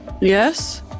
Yes